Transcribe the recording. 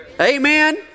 Amen